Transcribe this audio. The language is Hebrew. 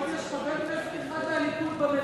לפחות יש חבר כנסת אחד מהליכוד במליאה,